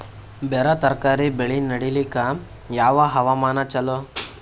ಬೇರ ತರಕಾರಿ ಬೆಳೆ ನಡಿಲಿಕ ಯಾವ ಹವಾಮಾನ ಚಲೋ?